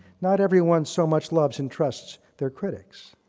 not everyone so much loves and trusts their critics.